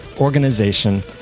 organization